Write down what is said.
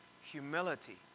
Humility